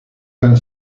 tan